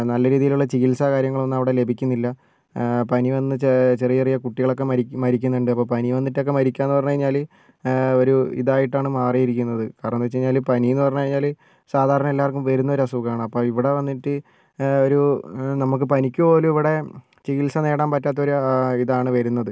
നല്ല രീതിയിലുള്ള ചികിത്സ കാര്യങ്ങളൊന്നും അവിടെ ലഭിക്കുന്നില്ല പനി വന്ന് ചെറിയ ചെറിയ കുട്ടികളൊക്കെ മരി മരിക്കുന്നുണ്ട് അപ്പോൾ പനി വന്നിട്ടൊക്കെ മരിക്കുവാന്നു പറഞ്ഞുകഴിഞ്ഞാൽ ഒരു ഇതായിട്ടാണ് മാറിയിരിക്കുന്നത് കാരണമെന്താന്നു വെച്ച് കഴിഞ്ഞാൽ പനിന്നു പറഞ്ഞുകഴിഞ്ഞാൽ സാധാരണ എല്ലാവർക്കും വരുന്ന ഒരസുഖമാണ് ഇവിടെ വന്നിട്ട് ഒരു നമുക്ക് പനിക്ക് പോലും ഇവിടെ ചികിത്സ നേടാൻ പറ്റാത്ത ഒരിതാണ് വരുന്നത്